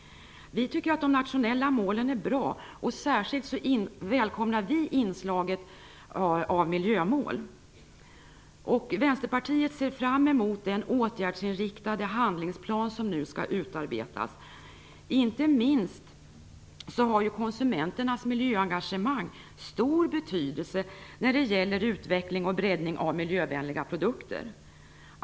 Vi tycker att de nationella målen är bra. Vi välkomnar särskilt inslaget av miljömål. Vänsterpartiet ser fram emot den åtgärdsinriktade handlingsplan som nu skall utarbetas. Konsumenternas miljöengagemang har ju stor betydelse inte minst när det gäller utveckling och breddning av miljövänliga produkter.